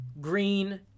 green